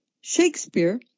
Shakespeare